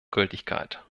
gültigkeit